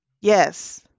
Yes